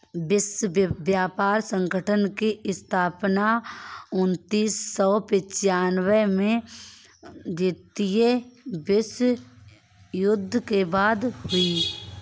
विश्व व्यापार संगठन की स्थापना उन्नीस सौ पिच्यानबें में द्वितीय विश्व युद्ध के बाद हुई